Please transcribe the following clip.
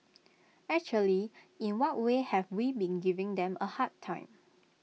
actually in what way have we been giving them A hard time